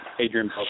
Adrian